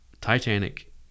Titanic